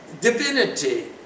divinity